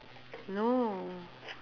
no